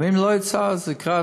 אבל אם לא יצא, זה בתוכו,